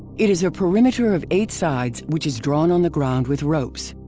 it is a perimeter of eight sides which is drawn on the ground with ropes.